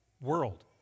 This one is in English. world